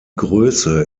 größe